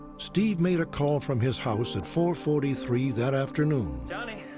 steve made a call from his house at four forty three that afternoon. johnny.